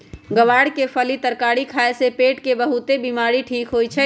ग्वार के फली के तरकारी खाए से पेट के बहुतेक बीमारी ठीक होई छई